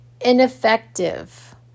ineffective